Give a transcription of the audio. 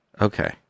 Okay